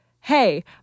hey